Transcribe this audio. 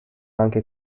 anche